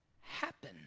happen